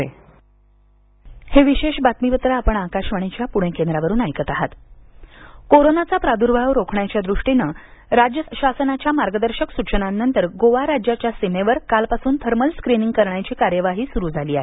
गोवा तपासणी सिंधदर्ग कोरोनाचा प्रादुर्भाव रोखण्याच्या दृष्टीने राज्य शासनाच्या मार्गदर्शक सुचनांनुसार गोवा राज्याच्या सीमेवर कालपासून थर्मल स्क्रीनिंग करण्याची कार्यवाही सुरु झाली आहे